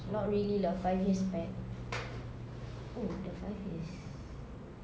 not really lah five years back oh sudah five years